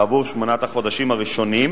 בעבור שמונת החודשים הראשונים,